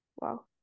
Wow